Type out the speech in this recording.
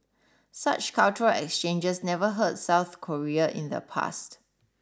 such cultural exchanges never hurt South Korea in the past